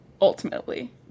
ultimately